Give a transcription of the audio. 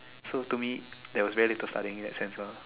so to me there was very little studying in that sense lah